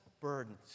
burdens